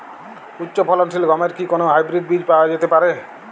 উচ্চ ফলনশীল গমের কি কোন হাইব্রীড বীজ পাওয়া যেতে পারে?